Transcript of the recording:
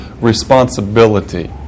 responsibility